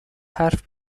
حرف